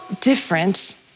different